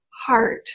heart